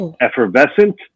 effervescent